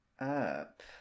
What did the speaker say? up